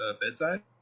bedside